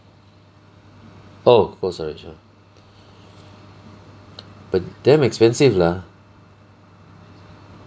oh cold storage ya but damn expensive lah